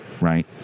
right